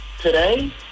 today